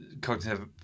cognitive